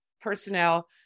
personnel